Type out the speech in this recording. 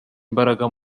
imbaraga